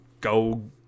go